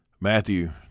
Matthew